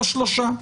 או שלושה.